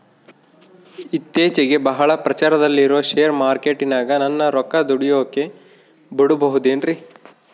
ಇತ್ತೇಚಿಗೆ ಬಹಳ ಪ್ರಚಾರದಲ್ಲಿರೋ ಶೇರ್ ಮಾರ್ಕೇಟಿನಾಗ ನನ್ನ ರೊಕ್ಕ ದುಡಿಯೋಕೆ ಬಿಡುಬಹುದೇನ್ರಿ?